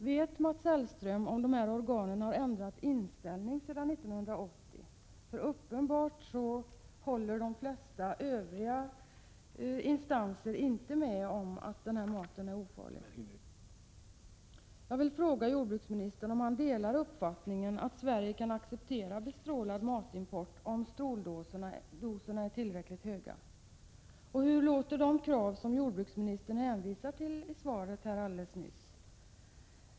Vet Mats Hellström om dessa organ har ändrat inställning sedan 1980? Uppenbarligen håller de flesta övriga instanser inte med om att sådan mat är ofarlig. Jag vill fråga jordbruksministern om han delar uppfattningen att Sverige kan acceptera import av bestrålad mat, om stråldoserna är tillräckligt låga? Vilka är de krav som jordbruksministern hänvisade till i sitt svar alldeles Prot. 1986/87:34 nyss?